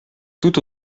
tout